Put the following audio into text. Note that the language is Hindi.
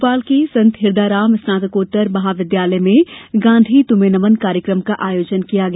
भोपाल के संत हिरदाराम स्नातकोत्तर महाविद्यालय में गांधी तुम्हें नमन कार्यक्रम का आयोजन किया गया